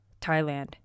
Thailand